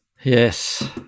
Yes